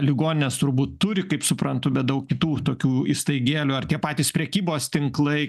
ligoninės turbūt turi kaip suprantu bet daug kitų tokių įstaigėlių ar tie patys prekybos tinklai